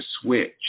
switch